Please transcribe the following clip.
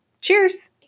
cheers